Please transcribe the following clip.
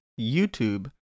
YouTube